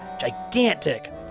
gigantic